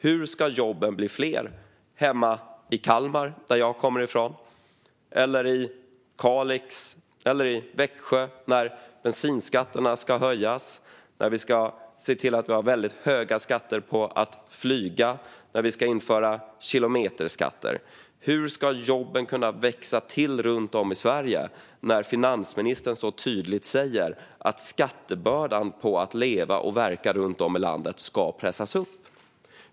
Hur ska jobben bli fler hemma i Kalmar, som jag kommer ifrån, i Kalix eller i Växjö när bensinskatterna ska höjas, när vi ska ha höga skatter på att flyga och när vi ska införa kilometerskatter? Hur ska jobben kunna växa till runt om i Sverige när finansministern så tydligt säger att skattebördan på att leva och verka runt om i landet ska pressas upp?